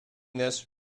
this